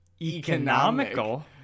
economical